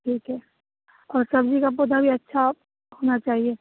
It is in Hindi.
ठीक है और सब्जी का पौधा भी अच्छा होना चाहिए